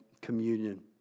communion